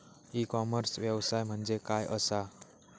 E commerce व्यवसाय म्हणजे काय असा?